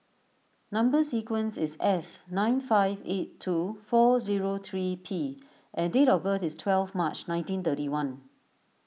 Number Sequence is S nine five eight two four zero three P and date of birth is twelve March nineteen thirty one